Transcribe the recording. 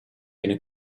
viene